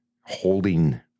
holding